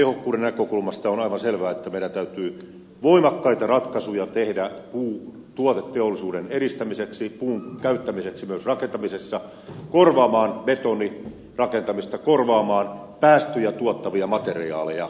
materiaalitehokkuuden näkökulmasta on aivan selvää että meidän täytyy voimakkaita ratkaisuja tehdä puutuoteteollisuuden edistämiseksi puun käyttämiseksi myös rakentamisessa korvaamaan betonirakentamista korvaamaan päästöjä tuottavia materiaaleja